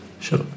Sure